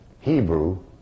Hebrew